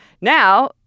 Now